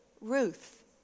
Ruth